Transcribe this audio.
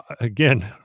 again